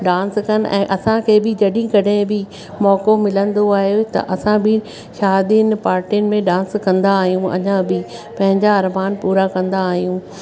dance कनि ऐं असांखे बि जॾहिं कॾहिं बि मौक़ो मिलंदो आहे त असां बि शादियुनि पार्टियुनि में डांस कंदा आहियूं अञा बि पंहिंजा अरमान पूरा कंदा आहियूं